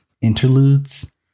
interludes